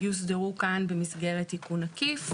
יוסדרו כאן במסגרת תיקון עקיף?